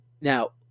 Now